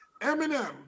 Eminem